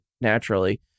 naturally